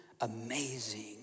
amazing